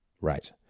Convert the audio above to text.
Right